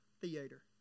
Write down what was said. theater